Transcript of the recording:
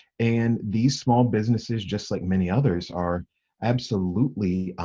and these small businesses just like many others, are absolutely,